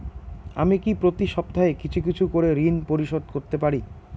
আমি কি প্রতি সপ্তাহে কিছু কিছু করে ঋন পরিশোধ করতে পারি?